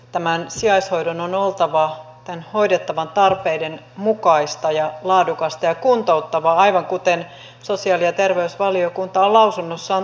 tämän sijaishoidon on oltava hoidettavan tarpeiden mukaista ja laadukasta ja kuntouttavaa aivan kuten sosiaali ja terveysvaliokunta on lausunnossaan todennut